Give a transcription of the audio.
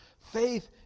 Faith